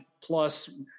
plus